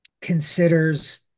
considers